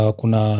kuna